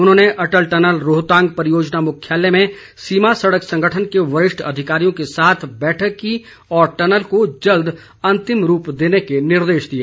उन्होंने अटल टनल रोहतांग परियोजना मुख्यालय में सीमा सड़क संगठन के वरिष्ठ अधिकारियों के साथ बैठक की और टनल को जल्द अंतिम रूप प्रदान करने के निर्देश दिए